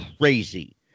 crazy